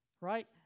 Right